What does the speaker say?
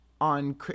on